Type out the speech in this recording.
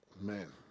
man